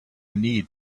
need